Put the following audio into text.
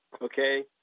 okay